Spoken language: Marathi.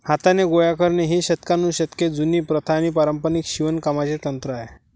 हाताने गोळा करणे ही शतकानुशतके जुनी प्रथा आणि पारंपारिक शिवणकामाचे तंत्र आहे